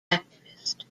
activist